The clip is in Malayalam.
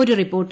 ഒരു റിപ്പോർട്ട്